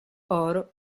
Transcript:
oro